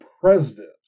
president